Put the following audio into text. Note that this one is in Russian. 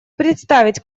представить